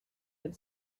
had